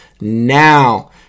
now